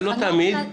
לא תמיד,